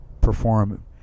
perform